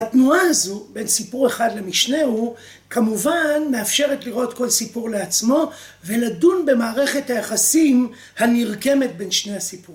התנועה הזו בין סיפור אחד למשנהו כמובן מאפשרת לראות כל סיפור לעצמו ולדון במערכת היחסים הנרקמת בין שני הסיפורים.